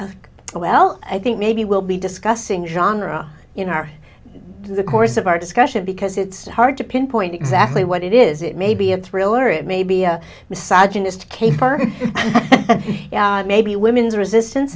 a well i think maybe we'll be discussing genre you know our the course of our discussion because it's hard to pinpoint exactly what it is it may be a thriller it may be a massage an escape or maybe women's resistance